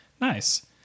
Nice